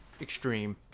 extreme